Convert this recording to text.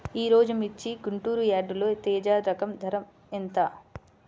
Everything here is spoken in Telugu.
ఈరోజు మిర్చి గుంటూరు యార్డులో తేజ రకం ధర ఎంత?